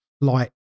light